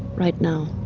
right now,